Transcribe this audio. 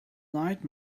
night